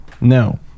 No